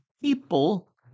people